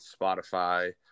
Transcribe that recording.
Spotify